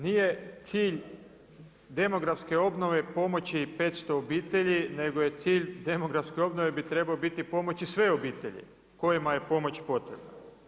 Nije cilj demografske obnove pomoći 500 obitelji, nego je cilj demografske obnove bi trebao biti pomoći sve obitelji kojima je pomoć potrebna.